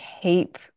keep